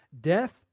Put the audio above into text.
Death